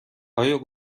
آیا